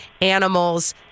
animals